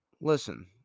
listen